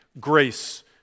Grace